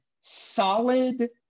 solid